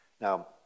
Now